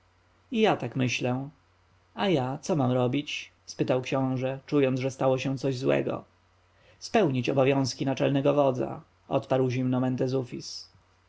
ja tak myślę a ja co mam robić spytał książę czując że stało się coś złego spełnić obowiązki naczelnego wodza odparł zimno mentezufis